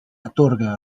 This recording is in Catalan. atorga